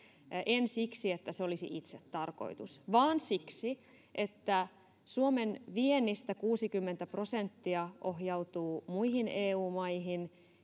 en siksi että se olisi itsetarkoitus vaan siksi että suomen viennistä kuusikymmentä prosenttia ohjautuu muihin eu maihin